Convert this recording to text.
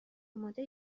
آماده